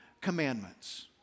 commandments